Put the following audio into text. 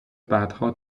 بعدها